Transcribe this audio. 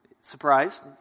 Surprised